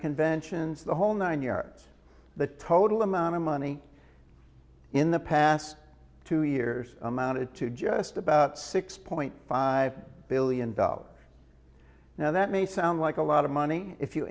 conventions the whole nine yards the total amount of money in the past two years amounted to just about six point five billion dollars now that may sound like a lot of money if you